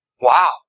Wow